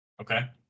Okay